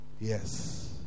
Yes